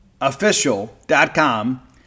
official.com